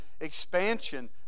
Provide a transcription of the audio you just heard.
expansion